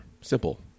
Simple